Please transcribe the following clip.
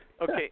Okay